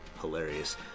hilarious